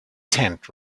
tent